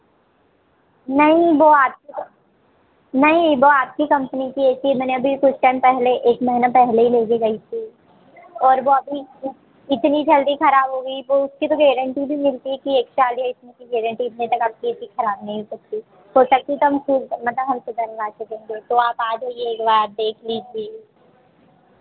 नहीं वो आपकी नहीं वो आपकी कंपनी कि ए सी है मैंने अभी कुछ टाइम पहले एक महीना पहले ही ले के गई थी और वो भी इतनी जल्दी खराब हो गई उसकी तो गेरन्टी भी मिलती है कि एक्स्ट्रा डेट की गेरन्टी होने तक आपकी ए सी खराब नहीं हो सकती तो हम खुद मतलब हम फिर बनवा सकेंगे तो आप आ जाइए एक बार देख लीजिए